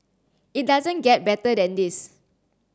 it doesn't get better than this